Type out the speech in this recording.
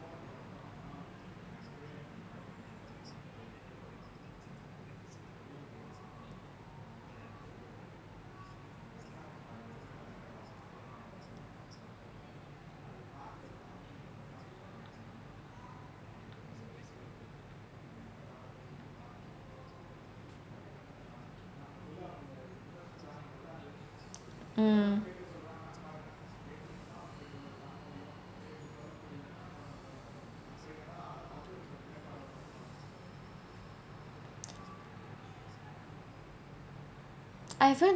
mm I haven't